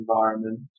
environment